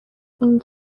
این